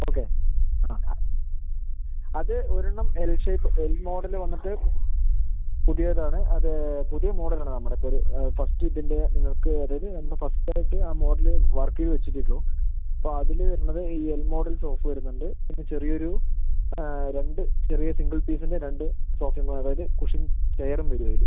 okay ആ ആ അത് ഒര് എണ്ണം എൽ ഷേപ്പ് എൽ മോഡല് വന്നിട്ട് പുതിയത് ആണ് അത് പുതിയ മോഡൽ ആണ് നമ്മുടെ അപ്പം ഇത് ഫസ്റ്റ് ഇതിൻ്റെ നിങ്ങൾക്ക് അതായത് നമ്മള് ഫസ്റ്റ് ആയിട്ട് ആ മോഡല് വർക്ക് ചെയ്ത് വെച്ച് ഇട്ടിട്ട് ഉള്ളു അപ്പം അതില് വരുന്നത് ഈ എൽ മോഡൽ സോഫ വരുന്നുണ്ട് പിന്നെ ചെറിയ ഒരു രണ്ട് ചെറിയ സിംഗിൾ പീസിൻ്റ രണ്ട് സോഫയും അതായത് കുഷ്യൻ ചെയറും വരും അതില്